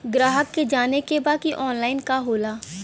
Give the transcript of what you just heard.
ग्राहक के जाने के बा की ऑनलाइन का होला?